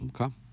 Okay